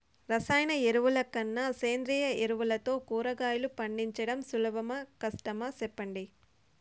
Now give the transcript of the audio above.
రసాయన ఎరువుల కన్నా సేంద్రియ ఎరువులతో కూరగాయలు పండించడం సులభమా కష్టమా సెప్పండి